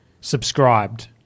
subscribed